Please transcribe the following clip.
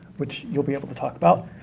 which you'll be able to talk about,